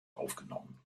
aufgenommen